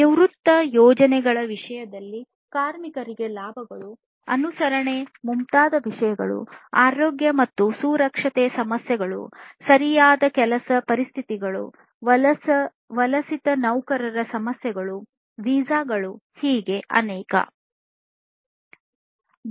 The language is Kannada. ನಿವೃತ್ತಿ ಯೋಜನೆಗಳ ವಿಷಯದಲ್ಲಿ ಕಾರ್ಮಿಕರಿಗೆ ಲಾಭಗಳು ಅನುಸರಣೆ ಮುಂತಾದ ವಿಷಯಗಳು ಆರೋಗ್ಯ ಮತ್ತು ಸುರಕ್ಷತೆಯ ಸಮಸ್ಯೆಗಳು ಸರಿಯಾದ ಕೆಲಸದ ಪರಿಸ್ಥಿತಿಗಳು ವಲಸಿಗ ನೌಕರರ ಸಮಸ್ಯೆಗಳು ವೀಸಾಗಳು ಮತ್ತು ಹೀಗೆ ನಿಯಮಗಳು ಇವೆ